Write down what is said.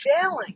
failing